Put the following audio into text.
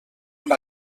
amb